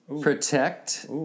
Protect